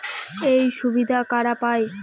এই সুবিধা কারা পায়?